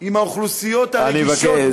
אני מבקש,